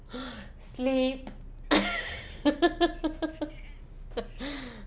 sleep